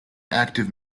active